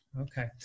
Okay